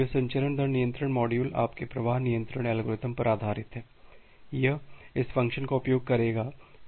यह संचरण दर नियंत्रण मॉड्यूल आपके प्रवाह नियंत्रण एल्गोरिथ्म पर आधारित है यह इस फ़ंक्शन का उपयोग करेगा